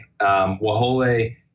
Wahole